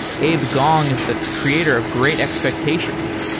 abe gong is the creator of great expectations,